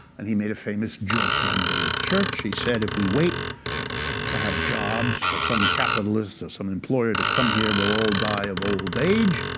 and he made a famous joke one day at church. he said, if we wait to have jobs, for some capitalist or some employer to come here, we'll all die of old age.